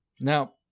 Now